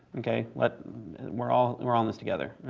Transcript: okay? but we're all and we're all in this together.